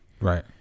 Right